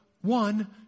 one